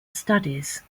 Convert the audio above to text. studies